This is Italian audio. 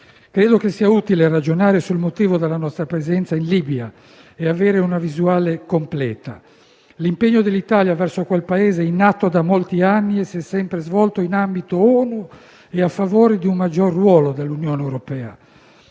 Credo sia utile ragionare sul motivo della nostra presenza in Libia e avere una visuale completa. L'impegno dell'Italia verso quel Paese, in atto da molti anni, si è sempre svolto in ambito ONU e a favore di un maggior ruolo dell'Unione europea.